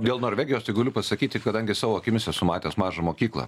dėl norvegijos tai galiu pasakyti kadangi savo akimis esu matęs mažą mokyklą